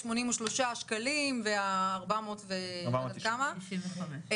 83 שקלים וכ-400 שקלים,